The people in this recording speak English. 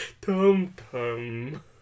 Tum-tum